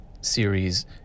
series